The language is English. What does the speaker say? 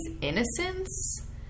innocence